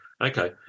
Okay